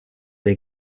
dei